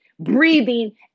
Breathing